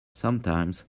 sometimes